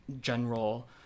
general